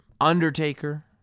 Undertaker